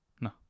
No